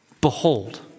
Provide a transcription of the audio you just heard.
Behold